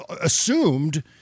assumed